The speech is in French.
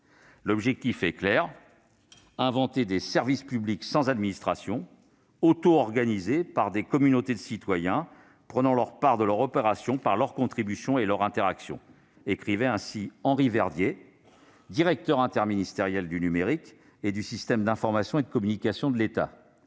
L'objectif est clair : inventer des « services publics sans administration, auto-organisés par des communautés de citoyens prenant leur part de leur opération par leurs contributions et leurs interactions » écrivait Henri Verdier, directeur interministériel du numérique et du système d'information et de communication de l'État.